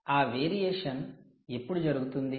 ఆ వేరియేషన్ ఎప్పుడు జరుగుతుంది